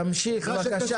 תמשיך בבקשה.